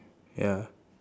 ya